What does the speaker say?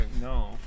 No